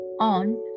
on